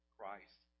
Christ